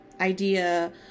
idea